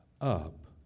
up